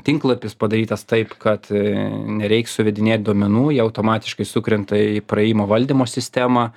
tinklapis padarytas taip kad nereik suvedinėt duomenų jie automatiškai sukrenta į praėjimo valdymo sistemą